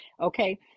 okay